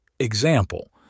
Example